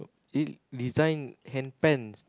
eh design